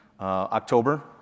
October